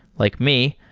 like me,